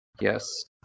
Yes